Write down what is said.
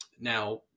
now